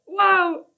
Wow